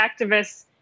activists